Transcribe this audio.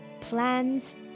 plans